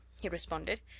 he responded,